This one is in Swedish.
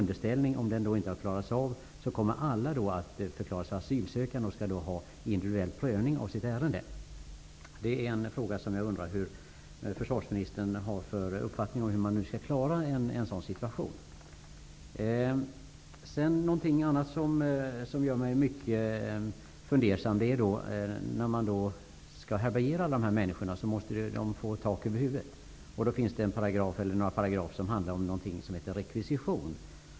Dessutom kommer alla att förklaras som asylsökande om underställning inte sker. De skall då få individuell prövning av sitt ärende. Detta är en fråga som jag undrar vad försvarsministern har för uppfattning om. Hur skall man klara en sådan situation? Någonting annat som gör mig mycket fundersam är hur man skall härbärgera alla dessa människor. De måste få tak över huvudet. Det finns några paragrafer som handlar om rekvisition.